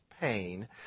pain